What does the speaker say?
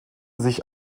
sich